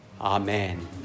Amen